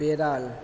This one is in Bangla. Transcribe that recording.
বেড়াল